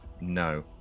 No